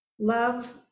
love